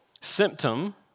symptom